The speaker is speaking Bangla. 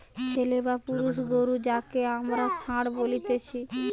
ছেলে বা পুরুষ গরু যাঁকে আমরা ষাঁড় বলতেছি